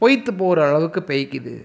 பொய்த்து போகிற அளவுக்கு பெய்க்குது